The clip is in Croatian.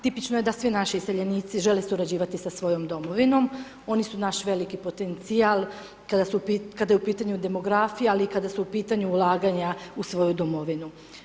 Tipično je da svi naši iseljenici žele surađivati sa svojom domovinom, oni su naš veliki potencijal, kada je u pitanju demografija ali i kada su u pitanju ulaganja u svoju domovinu.